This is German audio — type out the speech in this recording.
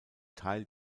teil